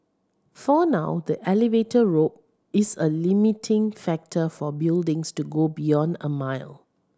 for now the elevator rope is a limiting factor for buildings to go beyond a mile